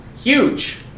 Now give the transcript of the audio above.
Huge